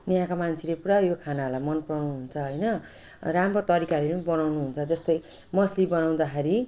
यहाँका मान्छेले पुरा यो खानाहरूलाई मन पराउनुहुन्छ हैन राम्रो तरिकाले नि बनाउनुहुन्छ जस्तै मछली बनाउँदाखेरि